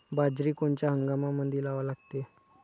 बाजरी कोनच्या हंगामामंदी लावा लागते?